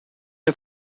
you